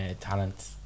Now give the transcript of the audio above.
talent